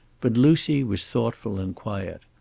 but lucy was thoughtful and quiet.